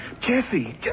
Jesse